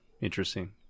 interesting